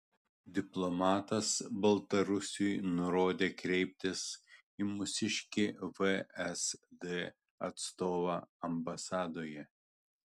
diplomatas baltarusiui nurodė kreiptis į mūsiškį vsd atstovą ambasadoje